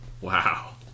wow